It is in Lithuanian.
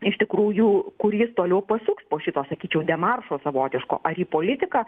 iš tikrųjų kur jis toliau pasuks po šito sakyčiau demaršo savotiško ar į politiką